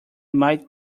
might